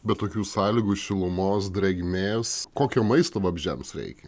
be tokių sąlygų šilumos drėgmės kokio maisto vabzdžiams reikia